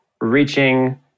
reaching